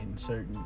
certain